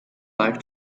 like